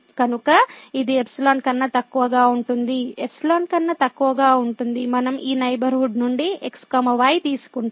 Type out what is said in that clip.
కనుక ఇది ϵ కన్నా తక్కువగా ఉంటుంది ϵ కన్నా తక్కువగా ఉంటుంది మనం ఈ నైబర్హుడ్ నుండి x y తీసుకుంటే